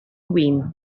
win